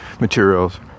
materials